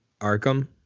Arkham